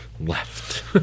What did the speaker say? left